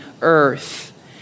earth